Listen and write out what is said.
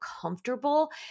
comfortable